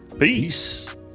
Peace